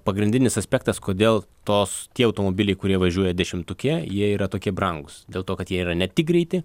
pagrindinis aspektas kodėl tos tie automobiliai kurie važiuoja dešimtuke jie yra tokie brangūs dėl to kad jie yra ne tik greiti